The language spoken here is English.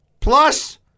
Plus